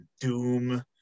Doom